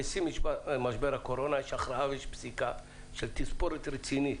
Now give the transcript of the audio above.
בשיא משבר הקורונה יש הכרעה ופסיקה של תספורת רצינית